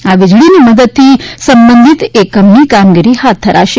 આ વીજળીની મદદથી સંબંધિત એકમની કામગીરી હાથ ધરાશે